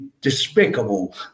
despicable